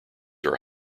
are